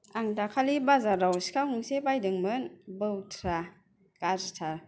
आं दाखालि बाजाराव सिखा गंसे बायदोंमोन बौथारा गाज्रिथार